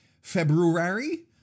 February